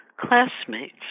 classmates